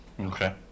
Okay